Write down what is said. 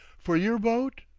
for yer boat?